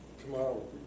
tomorrow